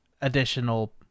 additional